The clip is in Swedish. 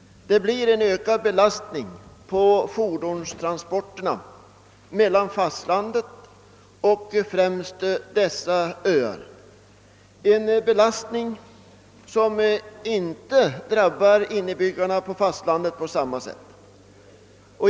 Det blir en ökad belastning på fordonstransporterna mellan fastlandet och främst Öland och Gotland — en belastning som inte drabbar innebyggarna på fastlandet på samma sätt.